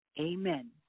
amen